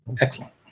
Excellent